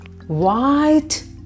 white